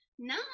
No